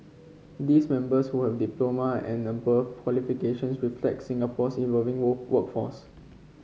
these members who have diploma and above qualifications reflect Singapore's evolving work workforce